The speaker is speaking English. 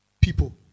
people